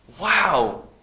Wow